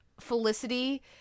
felicity